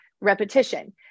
repetition